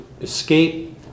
escape